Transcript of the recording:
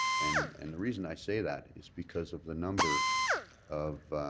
and and the reason i say that is because of the number of